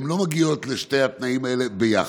הן לא מגיעות לשני התנאים האלה ביחד.